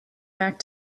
back